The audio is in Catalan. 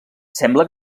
sembla